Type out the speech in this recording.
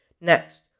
Next